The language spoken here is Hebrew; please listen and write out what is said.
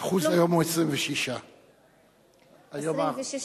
האחוז היום הוא 26. 26?